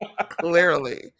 Clearly